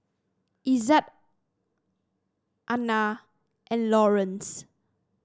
Ezzard Ana and Lawerence